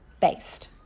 based